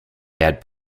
bad